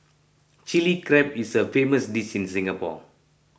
Chilli Crab is a famous dish in Singapore